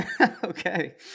Okay